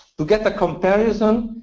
to get the comparison,